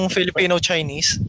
Filipino-Chinese